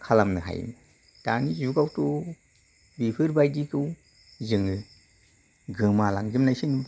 खालामनो हायो दानि जुगावथ' बेफोरबायदिखौ जोङो गोमालांनायसो मोनो